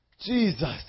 Jesus